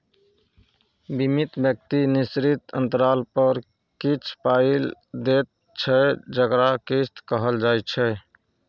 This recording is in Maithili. बीमित व्यक्ति निश्चित अंतराल पर किछ पाइ दैत छै जकरा किस्त कहल जाइ छै